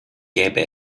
gäbe